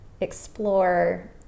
explore